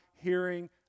hearing